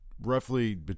roughly